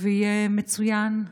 ושיהיה מצוין,